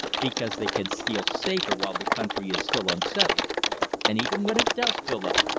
because they can steal safer while the country is still unsettled and even when it does fill up,